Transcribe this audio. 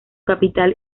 capital